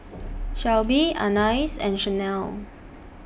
Shelby Anais and Chanelle